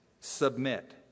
Submit